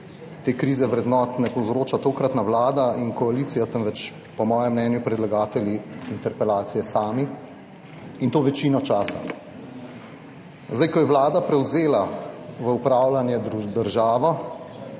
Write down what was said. Te krize vrednot ne povzročata tokratna vlada in koalicija, temveč po mojem mnenju predlagatelji interpelacije sami, in to večino časa. Ko je Vlada prevzela v upravljanje državo,